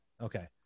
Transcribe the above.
Okay